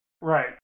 Right